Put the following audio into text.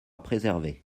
préservée